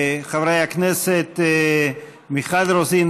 חברי הכנסת מיכל רוזין,